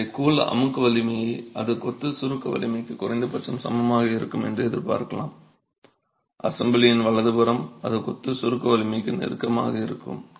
எனவே கூழ் அமுக்கு வலிமை அது கொத்து சுருக்க வலிமைக்கு குறைந்தபட்சம் சமமாக இருக்கும் என்று எதிர்பார்க்கிறோம் அசெம்ப்ளியின் வலதுபுறம் அது கொத்து சுருக்க வலிமைக்கு நெருக்கமாக இருக்கும்